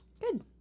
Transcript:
Good